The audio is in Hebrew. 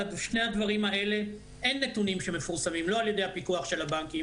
על שני הדברים האלה אין נתונים שמפורסמים לא על ידי הפיקוח של הבנקים